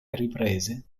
riprese